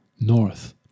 north